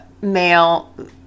male